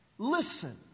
Listen